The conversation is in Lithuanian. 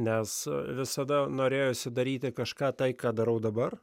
nes visada norėjosi daryti kažką tai ką darau dabar